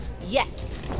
yes